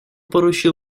поручил